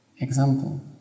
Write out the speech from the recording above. Example